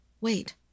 Wait